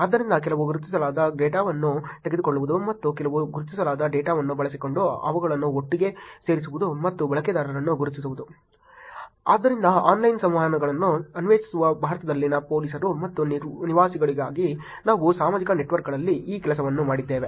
ಆದ್ದರಿಂದ ಕೆಲವು ಗುರುತಿಸಲಾಗದ ಡೇಟಾವನ್ನು ತೆಗೆದುಕೊಳ್ಳುವುದು ಮತ್ತು ಕೆಲವು ಗುರುತಿಸಲಾದ ಡೇಟಾವನ್ನು ಬಳಸಿಕೊಂಡು ಅವುಗಳನ್ನು ಒಟ್ಟಿಗೆ ಸೇರಿಸುವುದು ಮತ್ತು ಬಳಕೆದಾರರನ್ನು ಗುರುತಿಸುವುದು ಆದ್ದರಿಂದ ಆನ್ಲೈನ್ ಸಂವಹನಗಳನ್ನು ಅನ್ವೇಷಿಸುವ ಭಾರತದಲ್ಲಿನ ಪೊಲೀಸರು ಮತ್ತು ನಿವಾಸಿಗಳಿಗಾಗಿ ನಾವು ಸಾಮಾಜಿಕ ನೆಟ್ವರ್ಕ್ಗಳಲ್ಲಿ ಈ ಕೆಲಸವನ್ನು ಮಾಡಿದ್ದೇವೆ